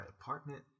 apartment